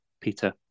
Peter